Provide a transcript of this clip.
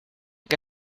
que